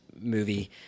movie